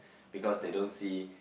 because they don't see